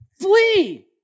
flee